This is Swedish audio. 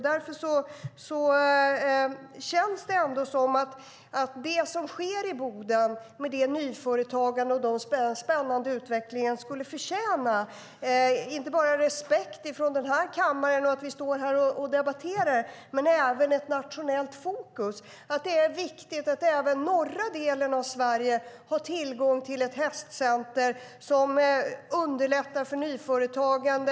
Det nyföretagande och den spännande utveckling som sker i Boden förtjänar inte bara respekt från den här kammaren där vi debatterar detta utan även ett nationellt fokus på detta. Det är viktigt att också den norra delen av Sverige har tillgång till ett hästcentrum som underlättar för nyföretagande.